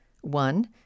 One